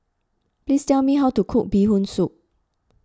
please tell me how to cook Bee Hoon Soup